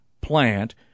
plant